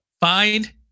find